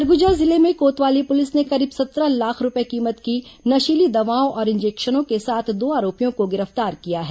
सरगुजा जिले में कोतवाली पुलिस ने करीब सत्रह लाख रूपये कीमत की नशीली दवाओं और इंजेक्शनों के साथ दो आरोपियों को गिरफ्तार किया है